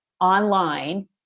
online